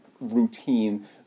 routine